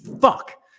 fuck